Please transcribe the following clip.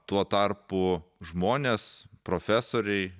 tuo tarpu žmonės profesoriai